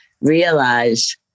realize